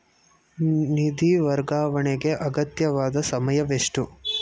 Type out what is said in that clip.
ನಿಧಿ ವರ್ಗಾವಣೆಗೆ ಅಗತ್ಯವಾದ ಸಮಯವೆಷ್ಟು?